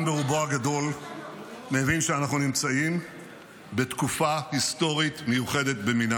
אבל תתבשמו, תתבשמו באשליות שלכם.